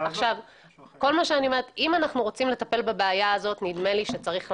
אם אנחנו רוצים לטפל בבעיה אז אנחנו צריכים